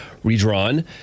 redrawn